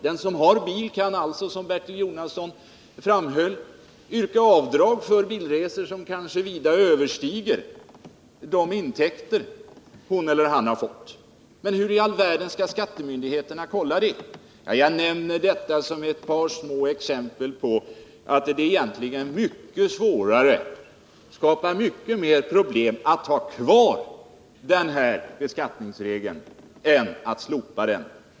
Den som har bil kan, som Bertil Jonasson framhöll, yrka avdrag för bilresor som kanske vida överstiger de intäkter som han eller hon har fått. Och hur i all världen skall skattemyndigheterna kunna kontrollera det? Jag nämner detta som exempel på att det skapar mycket större problem att ha kvar den här beskattningsregeln än att slopa den.